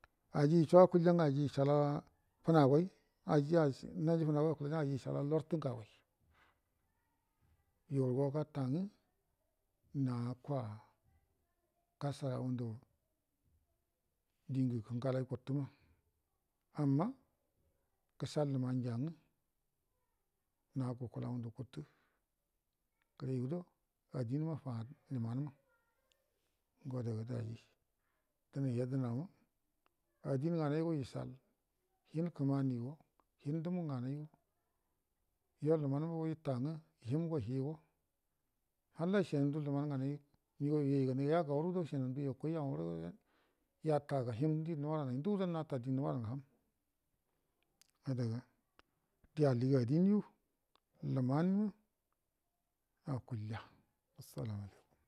Aji yosho akulya nga aji ishala'a funagai naji funagai akulalya nga aji shala'a larə tə ngagai yu ga'a gata ngə na kwagashara ngundə dingə kəngə alai guttəma amma gəshal lumanja nga na'a gukula ngundə kuttə gəre yu gudo adin ma fa lumanə ma ngo adaga daji dəmai yedəna ma adin nganaigo ishall hin kənanigo hinə dumu nganaigo yo lunanə mago yita nga hingo higo halla shandu luman ngani migau yu yayi ganai yagaurə do shinandu yakoi yawarə yata ga him di nuwanai ndugudo nata di dəbaranga hamm adaga di alligə adinyu lumangu akulya assalamu alaikum